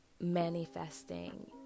manifesting